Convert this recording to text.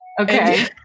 Okay